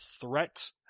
threat